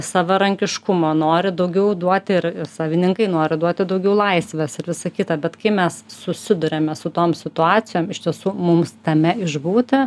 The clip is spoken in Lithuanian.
savarankiškumo nori daugiau duoti ir savininkai nori duoti daugiau laisvės ir visa kita bet kai mes susiduriame su tom situacijom iš tiesų mums tame išbūti